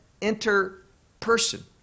inter-person